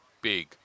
big